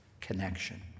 connection